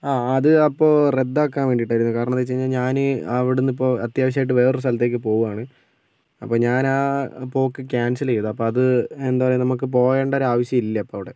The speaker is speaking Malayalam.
ആ അത് അപ്പോൾ റദ്ദാക്കാൻ വേണ്ടിട്ടായിരുന്നു കാരണം എന്ന് വെച്ച് കഴിഞ്ഞാൽ ഞാന് അവിടുന്നു ഇപ്പോൾ അത്യാവശ്യം ആയിട്ട് വേറെ ഒരു സ്ഥലത്തേക്ക് പോകുവാണ് അപ്പോൾ ഞാൻ ആ പോക്ക് ക്യാൻസൽ ചെയ്തു അപ്പോൾ അത് എന്താ നമുക്ക് പോകേണ്ട ആവശ്യം ഇല്ല ഇപ്പോൾ അവിടെ